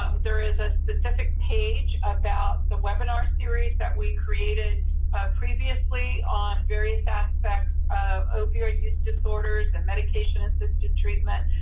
um there is a specific page about the webinar series that we created previously on various aspects of opioid use disorders and medication-assisted treatment,